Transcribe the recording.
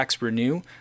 Renew